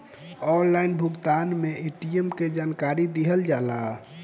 Online भुगतान में ATM के जानकारी दिहल जाला?